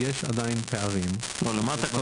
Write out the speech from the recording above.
יש עדיין נושאים,